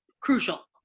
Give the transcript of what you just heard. crucial